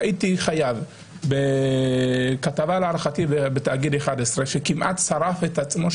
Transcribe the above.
ראיתי חייב בכתבה בתאגיד 11 שכמעט שרף את עצמו,